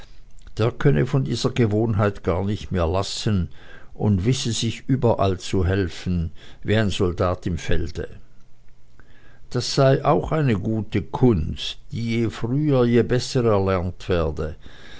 der könne von dieser gewohnheit gar nicht mehr lassen und wisse sich überall zu helfen wie ein soldat im felde das sei auch eine gute kunst die je früher je besser erlernt werde